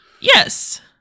Yes